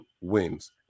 wins